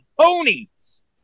Ponies